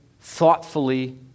thoughtfully